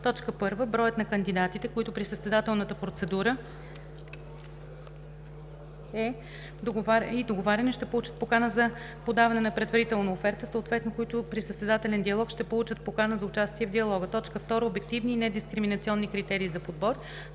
и: 1. броят на кандидатите, които при състезателна процедура с договаряне ще получат покана за подаване на предварителна оферта, съответно които при състезателен диалог ще получат покана за участие в диалога; 2. обективни и недискриминационни критерии за подбор;